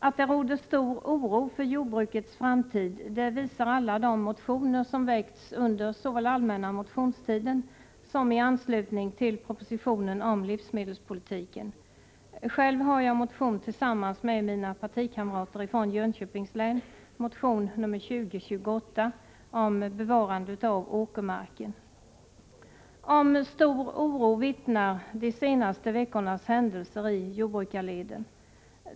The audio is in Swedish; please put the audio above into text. Att det råder stor oro för jordbrukets framtid visar alla de motioner som väckts såväl under den allmänna motionstiden som i anslutning till propositionen om livsmedelspolitiken. Själv har jag tillsammans med mina partikamrater från Jönköpings län väckt en motion, nr 2028, om bevarandet av åkermarken. Om stor oro vittnar också de senaste veckornas händelser i jordbrukarleden.